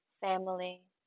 family